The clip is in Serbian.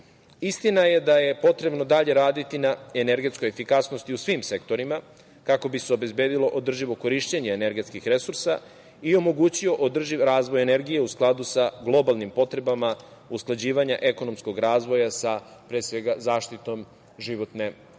je da je potrebno dalje raditi na energetskoj efikasnosti u svim sektorima, kako bi se obezbedilo održivo korišćenje energetskih resursa i omogućio održiv razvoj energije u skladu sa globalnim potrebama usklađivanja ekonomskog razvoja sa pre svega zaštitom životne sredine.